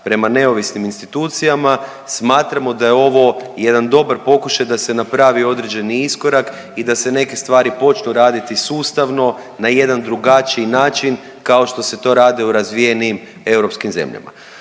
prema neovisnim institucijama, smatramo da je ovo jedan dobar pokušaj da se napravi određeni iskorak i da se neke stvari počnu raditi sustavno na jedan drugačiji način kao što se to radi u razvijenim europskim zemljama.